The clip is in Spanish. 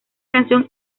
canción